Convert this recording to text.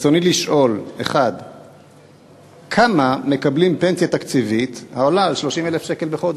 ברצוני לשאול: 1. כמה מקבלים פנסיה תקציבית העולה על 30,000 שקל בחודש?